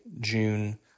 June